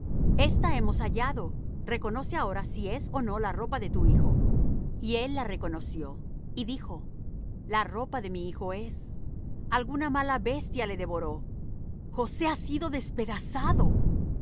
esta hemos hallado reconoce ahora si es ó no la ropa de tu hijo y él la conoció y dijo la ropa de mi hijo es alguna mala bestia le devoró josé ha sido despedazado